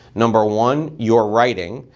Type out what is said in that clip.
number one, your writing.